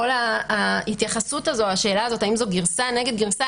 כל השאלה האם זאת גרסה נגד גרסה,